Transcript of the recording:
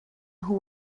nhw